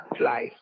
life